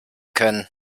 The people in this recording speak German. können